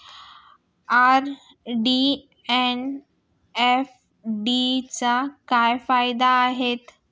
RD आणि एफ.डीचे काय फायदे आहेत?